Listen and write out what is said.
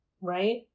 right